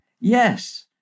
Yes